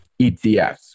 ETFs